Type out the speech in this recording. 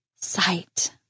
sight